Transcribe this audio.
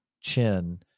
chin